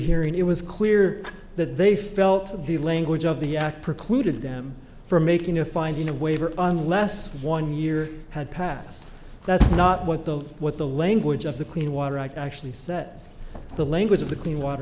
rehearing it was clear that they felt of the language of the act precluded them from making a finding of waiver unless one year had passed that's not what the what the language of the clean water act actually says the language of the clean water